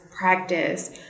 practice